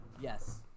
Yes